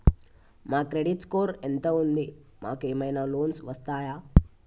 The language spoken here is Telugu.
మా క్రెడిట్ స్కోర్ ఎంత ఉంది? మాకు ఏమైనా లోన్స్ వస్తయా?